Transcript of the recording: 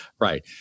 Right